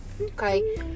okay